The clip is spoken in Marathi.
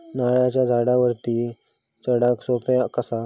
नारळाच्या झाडावरती चडाक सोप्या कसा?